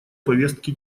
повестки